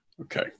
Okay